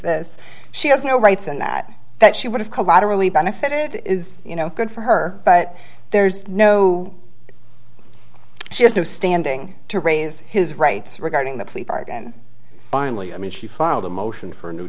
this she has no rights and that that she would have collaterally benefit is you know good for her but there's no she has no standing to raise his rights regarding the plea bargain finally i mean she filed a motion for a new